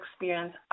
experience